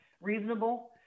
reasonable